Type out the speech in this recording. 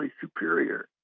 superior